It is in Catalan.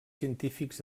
científics